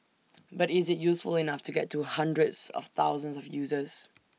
but is IT useful enough to get to hundreds of thousands of users